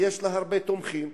ויש לה הרבה תומכים.